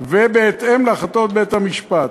ובהתאם להחלטות בית-המשפט.